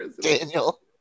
Daniel